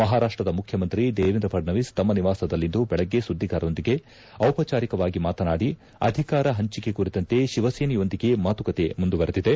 ಮಹಾರಾಷ್ವದ ಮುಖ್ಯಮಂತ್ರಿ ದೇವೇಂದ್ರ ಫಡ್ನವೀಸ್ ತಮ್ಮ ನಿವಾಸದಲ್ಲಿಂದು ಬೆಳಗ್ಗೆ ಸುದ್ದಿಗಾರರೊಂದಿಗೆ ದಿಪಚಾರಿಕವಾಗಿ ಮಾತನಾಡಿ ಅಧಿಕಾರ ಹಂಚಿಕೆ ಕುರಿತಂತೆ ಶಿವಸೇನೆಯೊಂದಿಗೆ ಮಾತುಕತೆ ಮುಂದುವರೆದಿದೆ